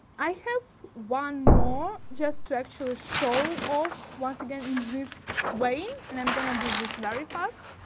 i have one more just to actually show off once again in this way and i'm going to do this very fast.